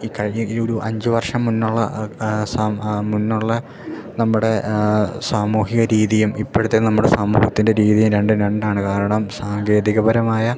ഈ കഴിഞ്ഞ ഈ ഒരു അഞ്ച് വർഷം മുന്നെയുള്ള മുന്നെയുള്ള നമ്മുടെ സാമൂഹിക രീതിയും ഇപ്പോഴത്തെ നമ്മുടെ സമൂഹത്തിൻ്റെ രീതിയും രണ്ടും രണ്ടാണ് കാരണം സാങ്കേതികപരമായ